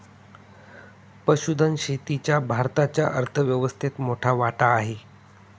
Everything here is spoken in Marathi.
पशुधन शेतीचा भारताच्या अर्थव्यवस्थेत मोठा वाटा आहे